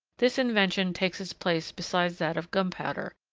this invention takes its place beside that of gunpowder,